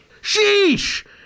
Sheesh